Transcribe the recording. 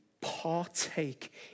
partake